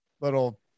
little